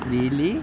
really